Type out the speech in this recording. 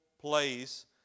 place